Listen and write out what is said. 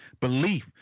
belief